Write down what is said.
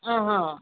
ಹಾಂ ಹಾಂ